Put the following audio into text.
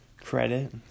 credit